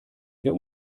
der